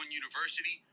university